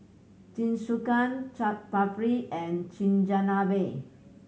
Jingisukan Chaat Papri and Chigenabe